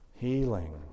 healing